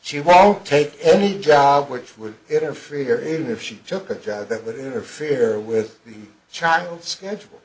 she won't take any job which would interfere in if she took a job that would interfere with the child schedule